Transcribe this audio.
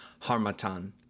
harmatan